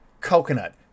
coconut